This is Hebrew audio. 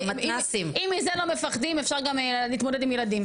אם מזה לא מפחדים אפשר גם להתמודד עם ילדים,